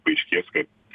paaiškės kad